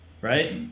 right